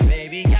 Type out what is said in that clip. Baby